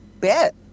bet